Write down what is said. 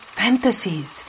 fantasies